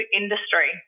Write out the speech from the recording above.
industry